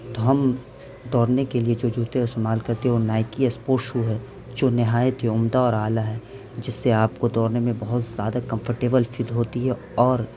تو ہم دوڑنے کے لیے جو جوتے استعمال کرتے ہیں وہ نائکی یا اسپوٹ شو ہے جو نہایت ہی عمدہ اور اعلیٰ ہے جس سے آپ کو دوڑنے میں بہت زیادہ کمفرٹیبل فیل ہوتی ہے اور